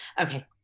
Okay